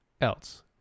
else